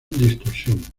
distorsión